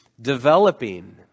developing